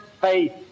faith